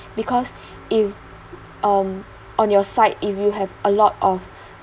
because if um on your side if you have a lot of